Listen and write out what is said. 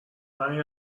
رنگ